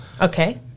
Okay